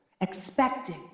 expecting